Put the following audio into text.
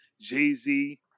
Jay-Z